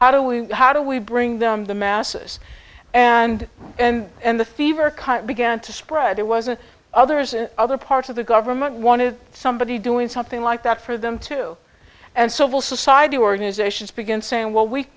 how do we how do we bring them the masses and and and the fever began to spread it wasn't others in other parts of the government wanted somebody doing something like that for them to and civil society organizations begin saying well we